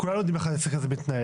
כולנו יודעים איך העסק הזה מתנהל.